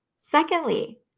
Secondly